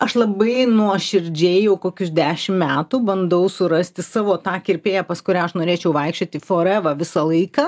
aš labai nuoširdžiai jau kokius dešim metų bandau surasti savo tą kirpėją pas kurią aš norėčiau vaikščioti foreva visą laiką